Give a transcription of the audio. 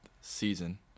season